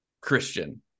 christian